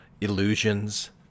illusions